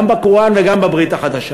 גם בקוראן וגם בברית החדשה.